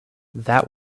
that